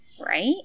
right